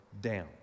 down